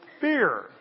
fear